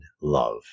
love